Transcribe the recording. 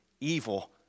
Evil